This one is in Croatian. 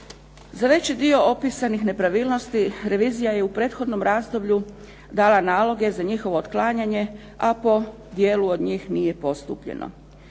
Za veći dio opisanih nepravilnosti revizija je u prethodnom razdoblju dala naloge za njihovo otklanjanje a po dijelu od njih nije postupljeno.